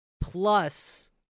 Plus